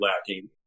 lacking